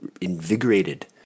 invigorated